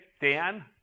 Dan